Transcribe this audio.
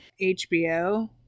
HBO